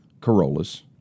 Corollas